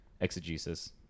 Exegesis